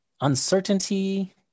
uncertainty